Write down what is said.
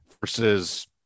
versus